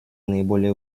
наиболее